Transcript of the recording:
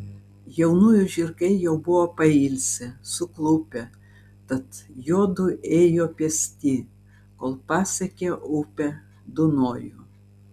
jaunųjų žirgai jau buvo pailsę suklupę tad juodu ėjo pėsti kol pasiekė upę dunojų